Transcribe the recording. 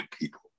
people